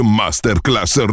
masterclass